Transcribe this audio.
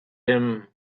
him